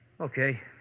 Okay